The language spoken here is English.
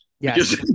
Yes